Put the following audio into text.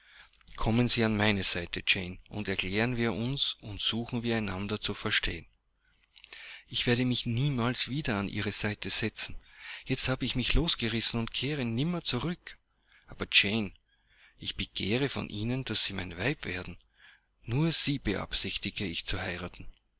kommen sie an meine seite jane und erklären wir uns und suchen wir einander zu verstehen ich werde mich niemals wieder an ihre seite setzen jetzt habe ich mich losgerissen und kehre nimmermehr zurück aber jane ich begehre von ihnen daß sie mein weib werden nur sie beabsichtige ich zu heiraten